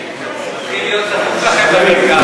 מתחיל להיות צפוף לכם במרכז.